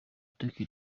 take